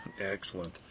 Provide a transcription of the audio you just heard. Excellent